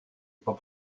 pas